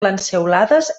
lanceolades